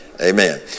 Amen